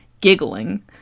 giggling